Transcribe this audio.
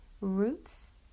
roots